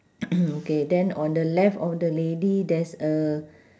okay then on the left of the lady there's a